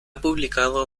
publicado